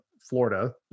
Florida